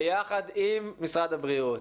ביחד עם משרד הבריאות,